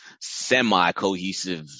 semi-cohesive